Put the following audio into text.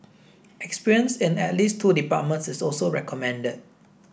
experience in at least two departments is also recommended